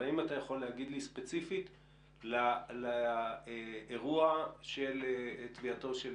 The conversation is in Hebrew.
אבל האם אתה יכול להגיד לי ספציפית לאירוע של טביעתו של